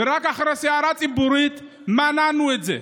ורק אחרי סערה ציבורית מנענו את זה.